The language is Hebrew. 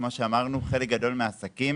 חלק גדול מהעסקים